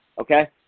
Okay